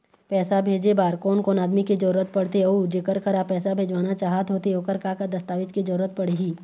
पैसा भेजे बार कोन कोन आदमी के जरूरत पड़ते अऊ जेकर करा पैसा भेजवाना चाहत होथे ओकर का का दस्तावेज के जरूरत पड़ही?